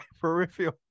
peripheral